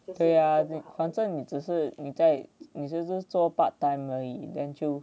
对啊反正你是你在你只是做 part time 而已 then 就